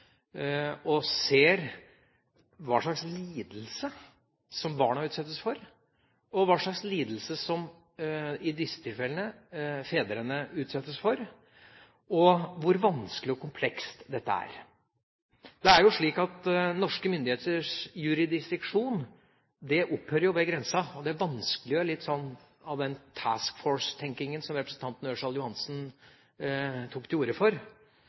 ser hva slags lidelse barna utsettes for, og hva slags lidelse fedrene, i disse tilfellene, utsettes for, og hvor vanskelig og komplekst dette er. Det er jo slik at norske myndigheters jurisdiksjon opphører ved grensen, og det vanskeliggjør litt en slik «task-force»-tenkning som representanten Ørsal Johansen tok til orde for.